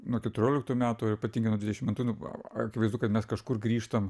nuo keturioliktų metų ir ypatingai nuo dvidešimt antrų nu a akivaizdu kad mes kažkur grįžtam